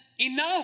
enough